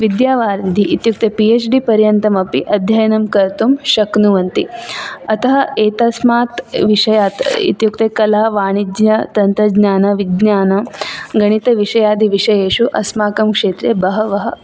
विद्यावारिधि इत्युक्ते P H D पर्यन्तमपि अध्ययनं कर्तुं शक्नुवन्ति अतः एतस्मात् विषयात् इत्युक्ते कला वणिज्य तन्त्रज्ञान विज्ञान गणितविषयादि विषयेषु अस्माकं क्षेत्रे बहवः